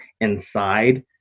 inside